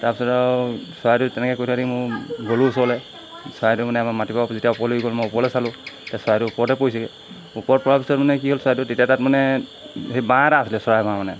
তাৰপিছত আৰু চৰাইটো তেনেকৈ কৰি থকা দেখি মইও গ'লো ওচৰলৈ চৰাইটো মানে আমাৰ মাটিৰপৰা যেতিয়া ওপৰলৈ উৰি গ'ল মই ওপৰলৈ চালোঁ তেতিয়া চৰাইটো ওপৰতে পৰিছেগৈ ওপৰত পোৱাৰ পিছত মানে কি হ'ল চৰাইটো তেতিয়া তাত মানে সেই বাঁহ এটা আছিলে চৰাই বাঁহ মানে